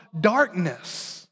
darkness